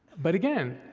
but again,